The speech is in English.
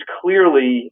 clearly